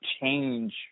change